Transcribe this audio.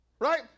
Right